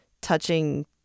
touching